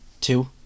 two